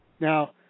Now